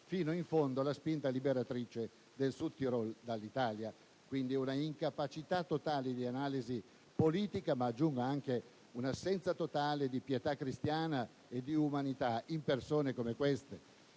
fino in fondo la spinta liberatrice del Südtirol dall'Italia. Quindi, un'incapacità totale di analisi politica, ma aggiungo anche un'assenza totale di pietà cristiana e di umanità in persone come queste.